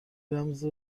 رمز